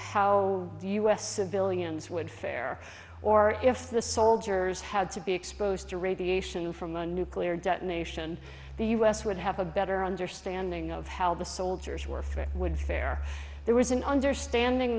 s civilians would fare or if the soldiers had to be exposed to radiation from a nuclear detonation the u s would have a better understanding of how the soldiers were free would fare there was an understanding